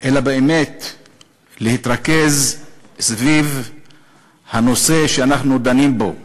אלא באמת להתרכז סביב הנושא שאנחנו דנים בו.